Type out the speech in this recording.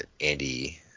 Andy